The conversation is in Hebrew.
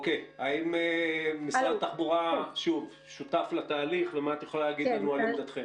האם משרד התחבורה שותף לתהליך ומה את יכולה להגיד לנו על עמדתכם?